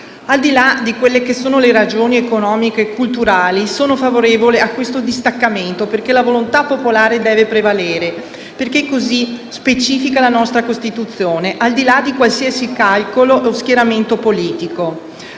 Al di là delle ragioni economico-culturali, sono favorevole a questo distaccamento perché la volontà popolare deve prevalere, perché così specifica la nostra Costituzione, al di là di qualsiasi calcolo o schieramento politico.